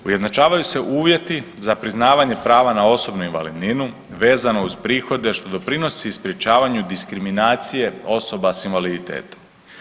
Ujednačavaju se uvjeti za priznavanje prava na osobnu invalidninu vezano uz prihode, što doprinosi sprječavanju diskriminacije osoba sa invaliditetom.